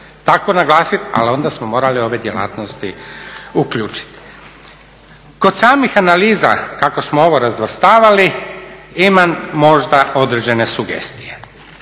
tako naglasiti, ali onda smo morali ove djelatnosti uključiti. Kod samih analiza kako smo ovo razvrstavali, imam možda određene sugestije.